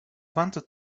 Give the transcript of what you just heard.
wanted